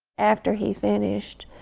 after he finished